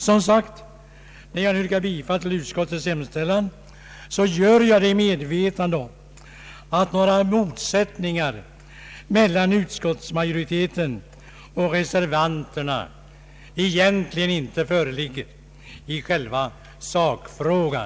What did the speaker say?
När jag nu, herr talman, yrkar bifall till utskottets hemställan, gör jag det som sagt i medvetande om att några motsättningar mellan utskottsmajoriteten och reservanterna egentligen inte föreligger i själva sakfrågan.